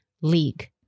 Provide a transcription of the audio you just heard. LEAGUE